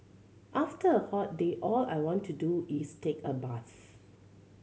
after a hot day all I want to do is take a bath